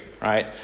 Right